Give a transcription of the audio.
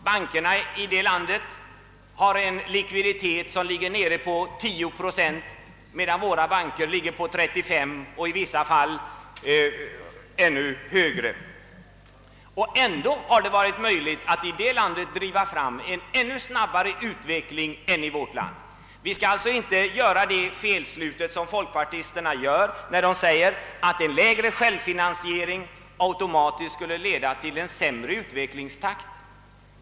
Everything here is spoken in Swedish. Bankerna i Japan har en likviditet på 10 procent, medan våra banker ligger på 35 procent och i vissa fall ännu högre. Och ändå har det varit möjligt att i det landet driva fram en ännu snabbare utveckling än i vårt land! Vi skall alltså inte göra samma felslut som folkpartisterna när de säger att en lägre självfinansiering automatiskt 1leder till en sämre utvecklingstakt.